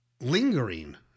lingering